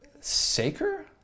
Saker